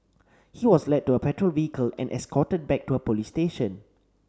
he was led to a patrol vehicle and escorted back to a police station